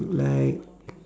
like